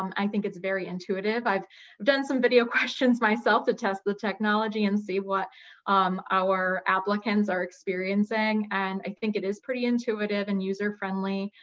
um i think it's very intuitive. i've done some video questions myself to test the technology and see what um our applicants are experiencing. and i think it is pretty intuitive and user-friendly,